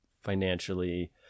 financially